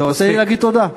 תרשה לי להגיד תודה.